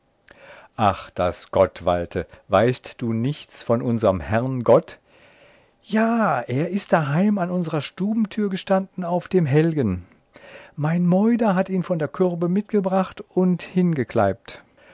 ach daß gott walte weißt du nichts von unserm herrn gott simpl ja er ist daheim an unsrer stubentür gestanden auf dem helgen mein meuder hat ihn von der kürbe mitgebracht und hingekleibt